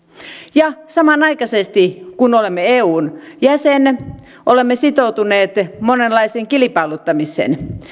ja samanaikaisesti kun olemme eun jäsen olemme sitoutuneet monenlaiseen kilpailuttamiseen